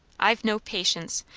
i've no patience.